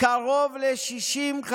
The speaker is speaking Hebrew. קרוב ל-60,